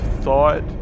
thought